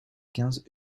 quinze